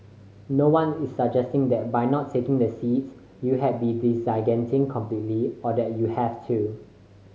no one is suggesting that by not taking the seats you had be disengaging completely or that you have to